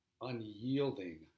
unyielding